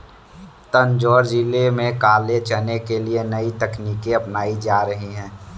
तंजौर जिले में काले चने के लिए नई तकनीकें अपनाई जा रही हैं